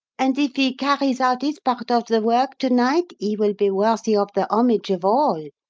and if he carries out his part of the work to-night he will be worthy of the homage of all.